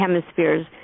hemispheres